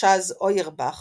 הגרש"ז אוירבך